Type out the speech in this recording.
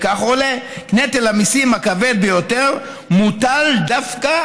וכך עולה: נטל המיסים הכבד ביותר מוטל דווקא